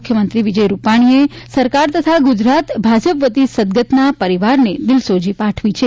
મુખ્યમંત્રી વિજય રૂપાણીએ સરકાર તથા ગુજરાત ભાજપ વતી સદગતના પરિવારને દિલસોજી પાઠવી છે